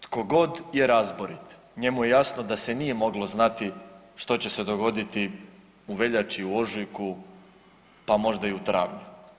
Tko god je razborit njemu je jasno da se nije moglo znati što će se dogoditi u veljači, u ožujku pa možda i u travnju.